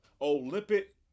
Olympic